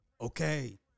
Okay